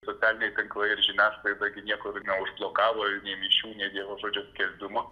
socialiniai tinklai ir žiniasklaida niekur neužblokavo nei mišių nei dievo žodžio skelbimo